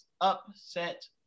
Upset